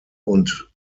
und